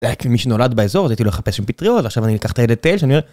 רק מי שנולד באזור הזה מחפש עם פטריות ועכשיו אני אקח את הילד לטייל שם. אני אראה...